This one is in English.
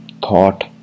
thought